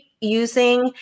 using